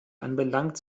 anbelangt